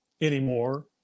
anymore